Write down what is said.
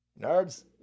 Nerds